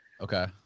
Okay